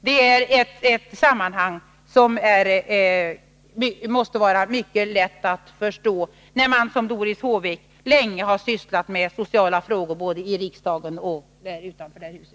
Det är ett sammanhang som måste vara lätt att förstå, när man som Doris Håvik länge har sysslat med sociala frågor både i riksdagen och utanför det här huset.